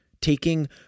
taking